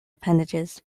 appendages